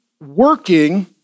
working